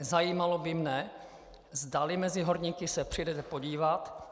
Zajímalo by mě, zdali mezi horníky se přijedete podívat.